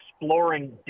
exploring